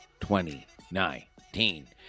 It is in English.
2019